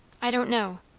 i don't know.